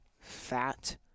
fat